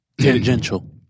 Tangential